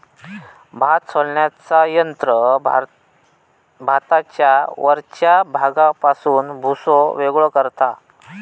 भात सोलण्याचा यंत्र भाताच्या वरच्या भागापासून भुसो वेगळो करता